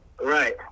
Right